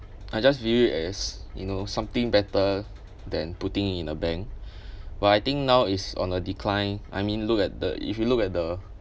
I just view as you know something better than putting in a bank but I think now is on a decline I mean look at the if you look at the